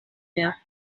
mehr